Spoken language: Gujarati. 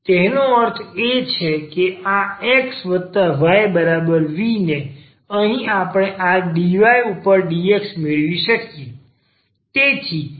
તેનો અર્થ એ કે આ x y v ને અહીં આપણે આ dy ઉપર dx મેળવી શકીએ